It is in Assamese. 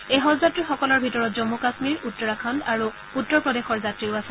এই হজযাত্ৰীসকলৰ ভিতৰত জমু কাশ্মীৰ উত্তৰাখণ্ড আৰু উত্তৰপ্ৰদেশৰ যাত্ৰীও আছে